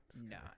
No